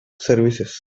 services